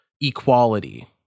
equality